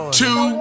two